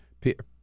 Peter